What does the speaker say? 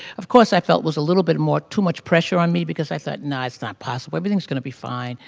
of course felt was a little bit more too much pressure on me, because i thought nah, it's not possible. everything's going to be fine.